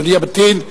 אדוני ימתין.